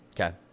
Okay